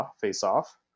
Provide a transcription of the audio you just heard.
face-off